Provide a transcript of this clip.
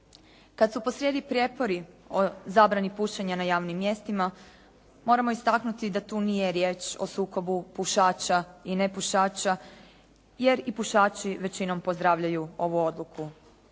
Kad su posrijedi prijepori o zabrani pušenja na javnim mjestima moramo istaknuti da tu nije riječ o sukobu pušača i nepušača jer i pušači većinom pozdravljaju ovu odluku.